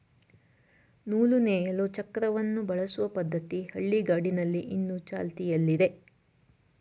ನೂಲು ನೇಯಲು ಚಕ್ರವನ್ನು ಬಳಸುವ ಪದ್ಧತಿ ಹಳ್ಳಿಗಾಡಿನಲ್ಲಿ ಇನ್ನು ಚಾಲ್ತಿಯಲ್ಲಿದೆ